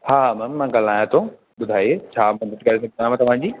हा मैम मां ॻाल्हाया थो ॿुधाए छा मदद करे सघंदो आहियां तव्हांजी